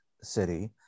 city